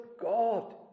God